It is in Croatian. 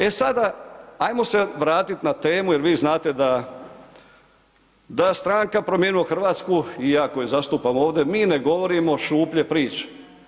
E sada ajmo se vratiti na temu, jer vi znate da stranka Promijenimo Hrvatsku, iako je zastupim ovdje, mi ne govorimo šuplje priče.